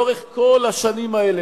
לאורך כל השנים האלה,